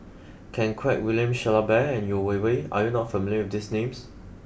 Ken Kwek William Shellabear and Yeo Wei Wei are you not familiar with these names